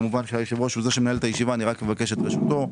כמובן היושב-ראש מנהל את הישיבה רק מבקש את רשותו.